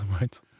right